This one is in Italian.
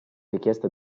richiesta